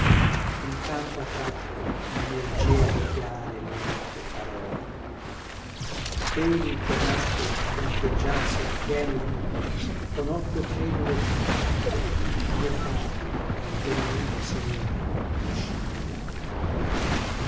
un canto a tratti nemergea di chiare lente parole teli che a notte biancheggiar sul fieno vidi con occhio credulo dincanti ne prati al plenilunio sereno